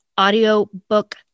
audiobook